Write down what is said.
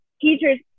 teachers